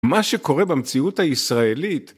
מה שקורה במציאות הישראלית